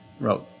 wrote